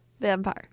Vampire